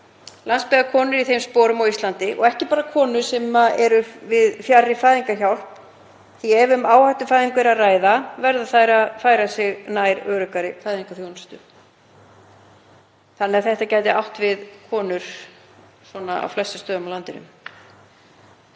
landsbyggðarkonur í þeim sporum á Íslandi. Og ekki bara konur sem eru fjarri fæðingarhjálp því að ef um áhættufæðingu er að ræða verða þær að færa sig nær öruggari fæðingarþjónustu. Þetta gæti því átt við konur á flestum stöðum á landinu,